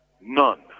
none